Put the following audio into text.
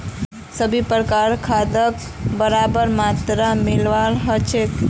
सभी प्रकारेर खादक बराबर मात्रात मिलव्वा ह छेक